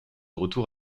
retour